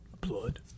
Blood